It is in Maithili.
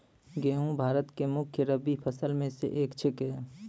गेहूँ भारत के मुख्य रब्बी फसल मॅ स एक छेकै